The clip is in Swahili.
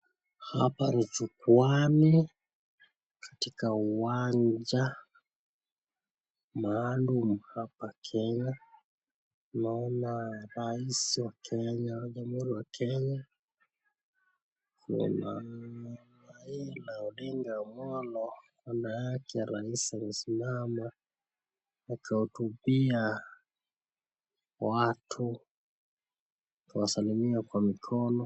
Hapa ni jukuwaani katika uwanja maalum hapa Kenya, naona raisi wa Kenya, jamuhuri wa Kenya, kuna Raila Odinga Omolo nyuma yake ya rais amesimama akiwahutubia watu akiwasalimia kwa mikino.